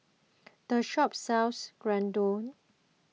the shop sells Gyudon